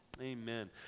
Amen